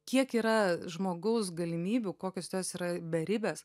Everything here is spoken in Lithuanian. kiek yra žmogaus galimybių kokios jos yra beribės